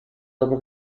dopo